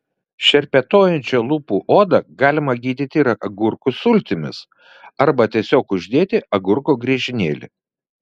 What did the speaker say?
šerpetojančią lūpų odą galima gydyti ir agurkų sultimis arba tiesiog uždėti agurko griežinėlį